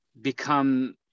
become